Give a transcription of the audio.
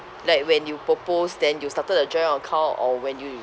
like when you propose then you started a joint account or when you